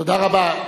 תודה רבה.